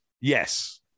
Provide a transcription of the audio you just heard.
Yes